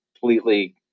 completely